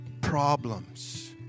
Problems